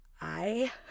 I-